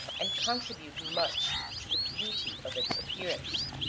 and contribute much to the beauty of its appearance.